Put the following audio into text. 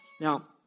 Now